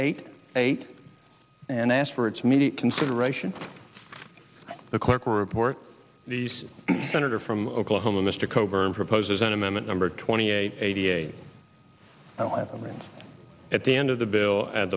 eight eight and ask for its media consideration the clerk report these senator from oklahoma mr coburn proposes an amendment number twenty eight eighty eight zero evidence at the end of the bill and